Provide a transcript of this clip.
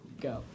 Go